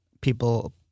people